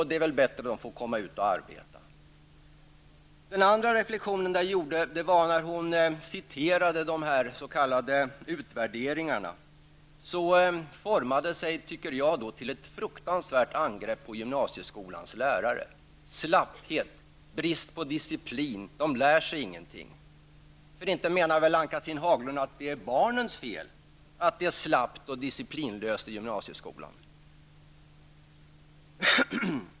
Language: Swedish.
Det är väl bättre att de får komma ut och arbeta. Så något om en annan reflexion som jag har gjort med anledning av Ann-Cathrine Haglunds anförande. Det gäller hennes återgivande av de s.k. utvärderingarna. Jag tycker att det hela formades till ett fruktansvärt angrepp mot gymnasieskolans lärare. Det talas om slapphet och brist på disciplin. Vidare skulle man inte lära sig någonting. Inte menar väl Ann-Cathrine Haglund att det är barnens fel att det är slappt och disciplinlöst i gymnasieskolan?